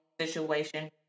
situation